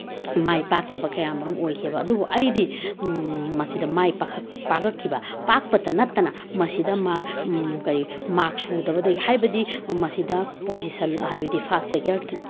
ꯃꯥꯏ ꯄꯥꯛꯇꯕ ꯀꯌꯥꯃꯔꯨꯝ ꯑꯣꯏꯈꯤꯑꯕ ꯑꯗꯨꯕꯨ ꯑꯩꯗꯤ ꯃꯁꯤꯗ ꯃꯥꯏ ꯄꯥꯛꯂꯛꯈꯤꯕ ꯄꯥꯛꯄꯇ ꯅꯠꯇꯅ ꯃꯁꯤꯗ ꯃꯥꯔꯛ ꯀꯔꯤ ꯃꯥꯔꯛ ꯁꯨꯗꯕꯗꯩ ꯍꯥꯏꯕꯗꯤ ꯃꯁꯤꯗ ꯄꯣꯖꯤꯁꯟ ꯍꯥꯏꯕꯗꯤ ꯐꯥꯁ ꯁꯦꯀꯦꯟ